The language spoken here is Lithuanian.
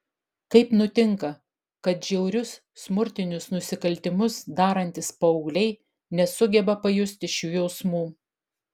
kaip nutinka kad žiaurius smurtinius nusikaltimus darantys paaugliai nesugeba pajusti šių jausmų